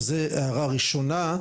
אז זאת הערה ראשונה,